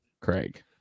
Craig